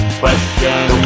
question